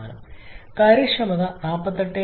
17 കാര്യക്ഷമത 48